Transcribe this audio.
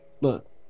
look